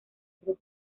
rojo